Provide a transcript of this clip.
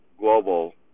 Global